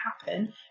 happen